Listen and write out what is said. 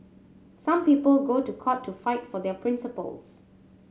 some people go to court to fight for their principles